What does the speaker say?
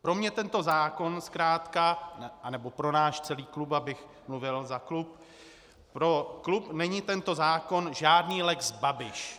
Pro mě tento zákon zkrátka, anebo pro náš celý klub, abych mluvil za klub, pro klub není tento zákon žádný lex Babiš.